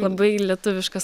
labai lietuviškas